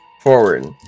forward